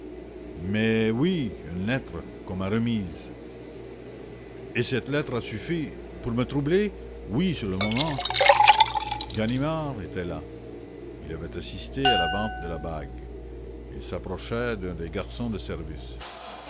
mais oui une lettre qu'on m'a remise et qui m'a troublé sur le moment ganimard était là il avait assisté à la vente de la bague il s'approcha d'un des garçons de service